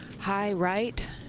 high right.